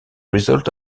result